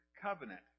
Covenant